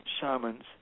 shamans